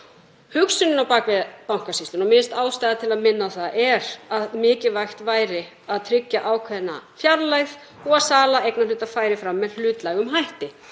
Hugsunin á bak við Bankasýsluna, mér finnst ástæða til að minna á það, er að mikilvægt væri að tryggja ákveðna fjarlægð og að sala eignarhluta færi fram með hlutlægum hætti.